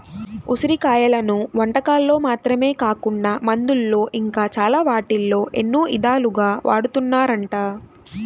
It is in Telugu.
ఉసిరి కాయలను వంటకాల్లో మాత్రమే కాకుండా మందుల్లో ఇంకా చాలా వాటిల్లో ఎన్నో ఇదాలుగా వాడతన్నారంట